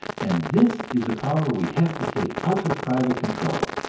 and this is the power we have to take out of private control.